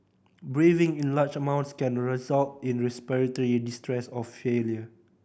breathing in large amounts can result in respiratory distress or failure